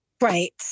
Right